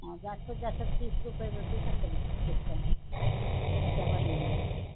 जास्तीत जास्त तीस रुपये बसवू शकते मी डिस्काउंट ह्याच्यावर नाही मग